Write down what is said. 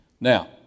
Now